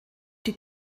die